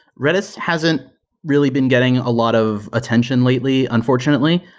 redis hasn't really been getting a lot of attention lately unfortunately,